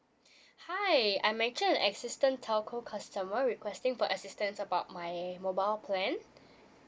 hi I'm actually an existence telco customer requesting for assistance about my mobile plan